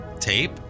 Tape